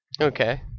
Okay